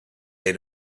made